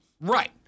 Right